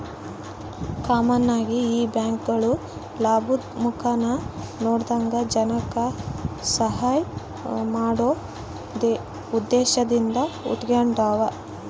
common ಆಗಿ ಈ ಬ್ಯಾಂಕ್ಗುಳು ಲಾಭುದ್ ಮುಖಾನ ನೋಡದಂಗ ಜನಕ್ಕ ಸಹಾಐ ಮಾಡೋ ಉದ್ದೇಶದಿಂದ ಹುಟಿಗೆಂಡಾವ